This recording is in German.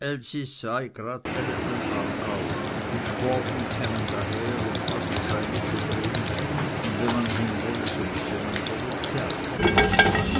und dschwobe kämen daher und basel sei mitte drinn und wenn man hin wolle so müsse man über